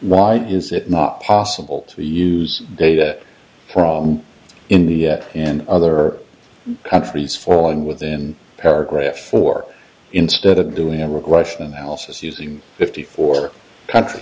why is it not possible to use data from india and other countries for all and within paragraphs for instead of doing a regression analysis using fifty four countries